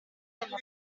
della